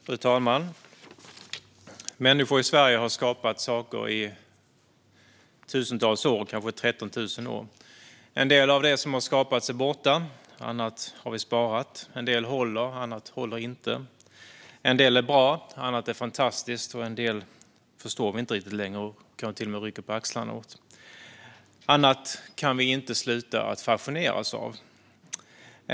Fru talman! Människor i Sverige har skapat saker i tusentals, kanske 13 000, år. En del av det som har skapats är borta, och annat har vi sparat. En del håller, och annat håller inte. En del är bra. Annat är fantastiskt. En del förstår vi inte riktigt längre, och vi rycker kanske till och med på axlarna inför det. Annat kan vi inte sluta att fascineras av.